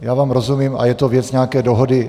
Já vám rozumím a je to věc nějaké dohody.